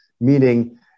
Meaning